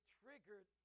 triggered